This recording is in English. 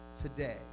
today